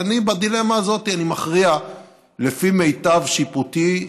ובדילמה הזאת אני מכריע לפי מיטב שיפוטי,